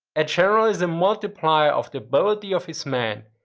a general is a multiplier of the ability of his men,